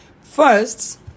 First